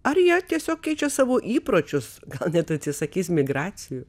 ar jie tiesiog keičia savo įpročius gal net atsisakys migracijų